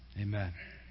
Amen